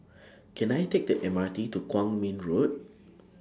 Can I Take The M R T to Kwong Min Road